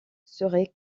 serait